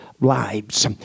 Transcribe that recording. lives